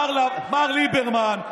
מר ליברמן,